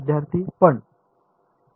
विद्यार्थी पण